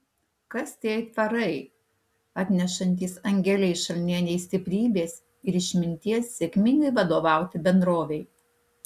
kas tie aitvarai atnešantys angelei šalnienei stiprybės ir išminties sėkmingai vadovauti bendrovei